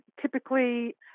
typically